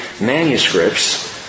manuscripts